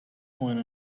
point